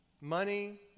money